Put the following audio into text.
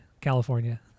California